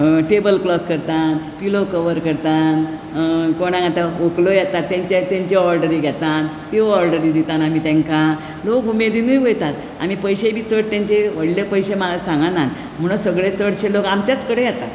tablecloth करता pillow cover करता कोणा आतां व्हंकलो येतात तांचें ऑर्डर घेतात त्या ऑर्डरी बी दिताना आमकां लोक उमेदीन वयतात आनी पयशे बी चड तांचे व्हडले चड पयशे सांगनात म्हणून चडशे लोक आमचेच कडेन येतात